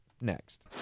next